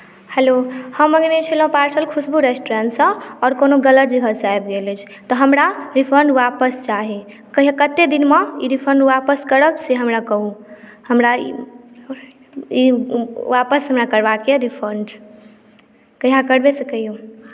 hello हम मङ्गओने छलहुँ पार्सल खुशबू रेस्टुरेन्टसँ आओर कोनो गलत जगहसँ आबि गेल अछि तऽ हमरा रिफण्ड वापस चाही कहियौ कतेक दिनमे ई रिफण्ड वापस करब से हमरा कहू हमरा ई ई वापस करबाक यए रिफण्ड कहिया करबै से कहियौ